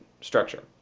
structure